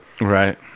Right